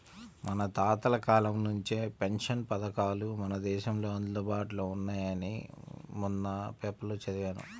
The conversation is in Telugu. మన తాతల కాలం నుంచే పెన్షన్ పథకాలు మన దేశంలో అందుబాటులో ఉన్నాయని మొన్న పేపర్లో చదివాను